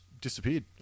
disappeared